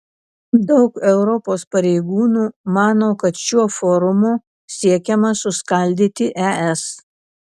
daug europos pareigūnų mano kad šiuo forumu siekiama suskaldyti es